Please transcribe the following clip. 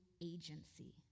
agency